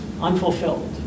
unfulfilled